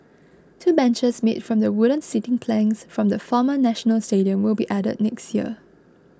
two benches made from the wooden seating planks from the former National Stadium will be added next year